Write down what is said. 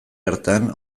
hartan